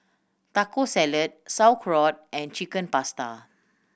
Taco Salad Sauerkraut and Chicken Pasta